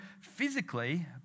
physically